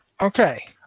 Okay